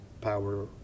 power